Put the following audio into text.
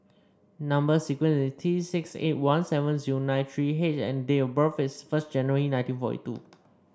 number sequence is T six eight one seven zero nine three H and date of birth is first January nineteen forty two